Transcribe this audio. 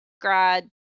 grad